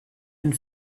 and